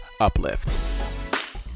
Uplift